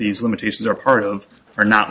these limitations are part of or not